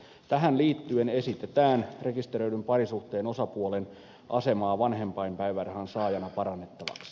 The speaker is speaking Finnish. tähän liittyen esitetään rekisteröidyn parisuhteen osapuolen asemaa vanhempainpäivärahan saajana parannettavaksi